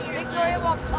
victoria walk